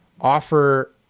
offer